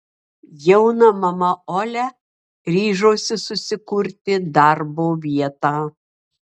jauna mama olia ryžosi susikurti darbo vietą